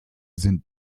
sind